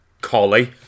collie